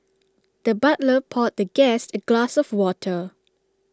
the butler poured the guest A glass of water